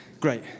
Great